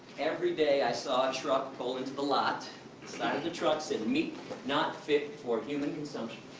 every day i saw a truck pull into the lot, the side of the truck says meat not fit for human consumption.